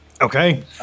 Okay